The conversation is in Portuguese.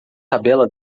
tabela